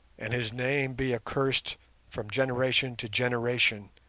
and his name be accursed from generation to generation,